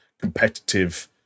competitive